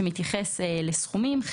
שמתייחס לסכומים,